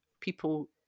people